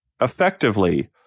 effectively